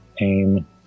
aim